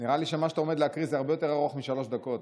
נראה לי שמה שאתה עומד להקריא זה הרבה יותר ארוך משלוש דקות.